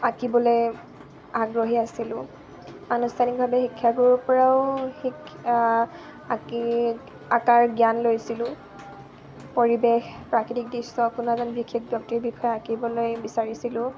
আঁকিবলে আগ্ৰহী আছিলোঁ আনুষ্ঠানিকভাৱে শিক্ষাবোৰৰ পৰাও শিকাৰ আকাৰ জ্ঞান লৈছিলোঁ পৰিৱেশ প্ৰাকৃতিক দৃশ্য কোনো এজন বিশেষ ব্যক্তিৰ বিষয়ে আঁকিবলৈ বিচাৰিছিলোঁ